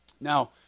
Now